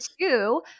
two